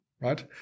right